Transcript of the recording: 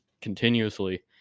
continuously